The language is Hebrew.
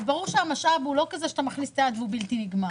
ברור שהמשאב הוא לא כזה שאתה מכניס את היד והוא בלתי נגמר,